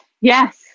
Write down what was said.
Yes